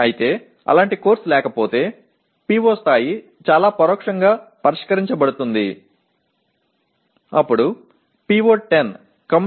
ஆனால் அத்தகைய பாடம் இல்லை என்றால் PO நிலை மிகவும் மறைமுகமாக மட்டுமே தீர்க்கப்படும்